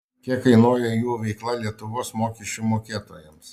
kiek kainuoja jų veikla lietuvos mokesčių mokėtojams